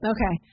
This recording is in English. Okay